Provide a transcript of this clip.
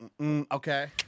Okay